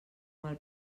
mal